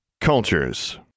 Cultures